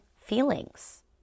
feelings